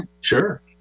Sure